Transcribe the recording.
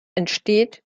entsteht